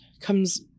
comes